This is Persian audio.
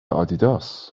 آدیداس